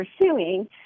pursuing